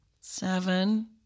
seven